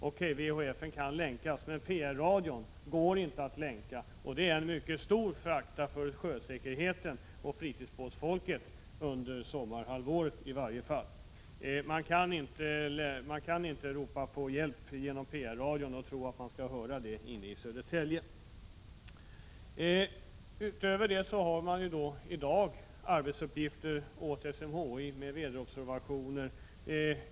VHF kan visserligen länkas, men pr-radion går inte att länka, och den är av mycket stor betydelse för sjösäkerheten och för fritidsbåtsfolket — under sommarhalvåret i varje fall. Man kan inte ropa på hjälp genom pr-radion och tro att det skall höras inne i Södertälje. Utöver detta fullgörs i dag arbetsuppgifter åt SMHI i form av väderobservationer.